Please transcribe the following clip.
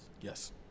yes